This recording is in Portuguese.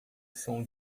som